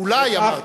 אולי, אמרתי.